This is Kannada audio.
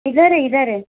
ಇದ್ದಾರೆ ಇದ್ದಾರೆ